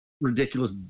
ridiculous